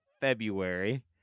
February